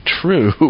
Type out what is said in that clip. true